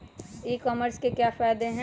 E commerce के क्या फायदे हैं?